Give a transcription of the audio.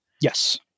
Yes